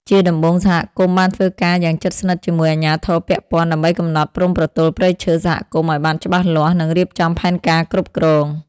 ជាដំបូង សហគមន៍បានធ្វើការយ៉ាងជិតស្និទ្ធជាមួយអាជ្ញាធរពាក់ព័ន្ធ ដើម្បីកំណត់ព្រំប្រទល់ព្រៃឈើសហគមន៍ឱ្យបានច្បាស់លាស់ និងរៀបចំផែនការគ្រប់គ្រង។